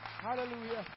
Hallelujah